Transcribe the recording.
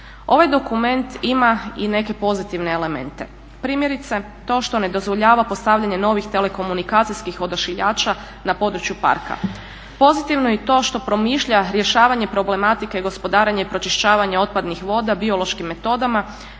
Ovaj dokument ima i neke pozitivne elemente, primjerice to što ne dozvoljava postavljanje novih telekomunikacijskih odašiljača na području parka. Pozitivno je i to što promišlja rješavanje problematike gospodarenja i pročišćavanja otpadnih voda biološkim metodama,